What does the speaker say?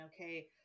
okay